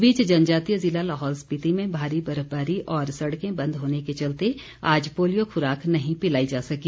इस बीच जनजातीय जिला लाहौल स्पीति में भारी बर्फबारी और सड़कें बंद होने के चलते आज पोलियो खुराक नहीं पिलाई जा सकी